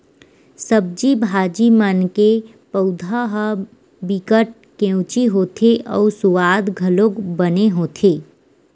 सब्जी भाजी मन के पउधा ह बिकट केवची होथे अउ सुवाद घलोक बने होथे